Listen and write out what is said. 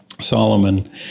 Solomon